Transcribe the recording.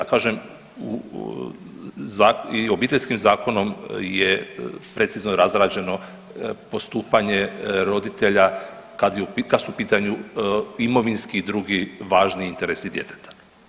Kažem, i Obiteljskim zakonom je precizno i razrađeno postupanje roditelja kad su u pitanju imovinski i drugi važni interesi djeteta.